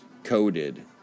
Coded